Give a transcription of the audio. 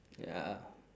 ya